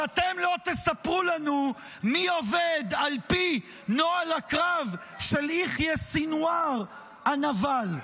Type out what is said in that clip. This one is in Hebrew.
אז אתם לא תספרו לנו מי עובד על פי נוהל הקרב של יחיא סנוואר הנבל.